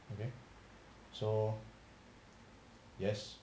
okay so yes